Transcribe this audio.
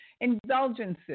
indulgences